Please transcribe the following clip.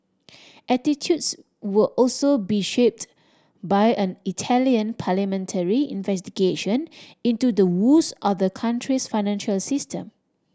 attitudes will also be shaped by an Italian parliamentary investigation into the woes of the country's financial system